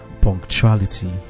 Punctuality